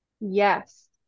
yes